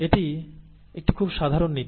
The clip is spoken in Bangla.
এটি একটি খুব সাধারণ নীতি